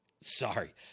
sorry